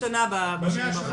הכי קשות במאה השנים האחרונות.